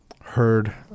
heard